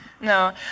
no